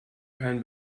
kein